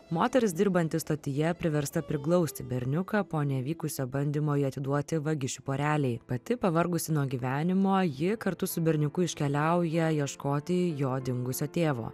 moteris dirbanti stotyje priversta priglausti berniuką po nevykusio bandymo jį atiduoti vagišių porelei pati pavargusi nuo gyvenimo jie kartu su berniuku iškeliauja ieškoti jo dingusio tėvo